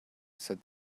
said